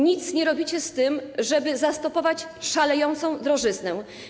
Nic nie robicie z tym, żeby zastopować szalejącą drożyznę.